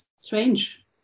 strange